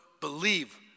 believe